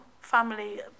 family